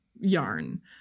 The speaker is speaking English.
yarn